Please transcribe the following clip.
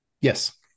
Yes